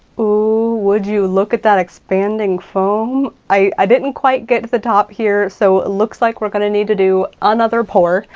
ooh, would you look at that expanding foam? i didn't quite get to the top here, so it looks like we're gonna need to do another pour.